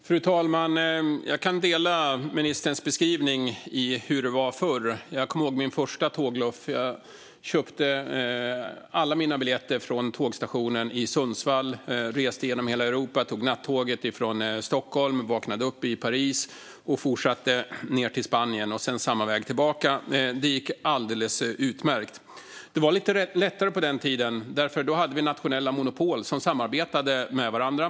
Fru talman! Jag kan dela ministerns beskrivning av hur det var förr. Jag kommer ihåg min första tågluff. Jag köpte alla mina biljetter på tågstationen i Sundsvall och reste genom hela Europa. Jag tog nattåget från Stockholm, vaknade upp i Paris och fortsatte ned till Spanien och sedan samma väg tillbaka. Det gick alldeles utmärkt. Det var lite lättare på den tiden, för då hade vi nationella monopol som samarbetade med varandra.